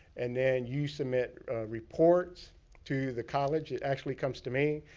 and then you submit reports to the college. it actually comes to me.